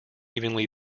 evenly